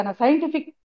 scientific